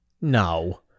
No